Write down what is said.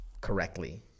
correctly